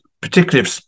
particularly